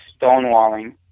stonewalling